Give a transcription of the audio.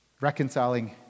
reconciling